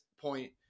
point